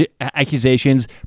accusations